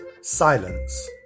silence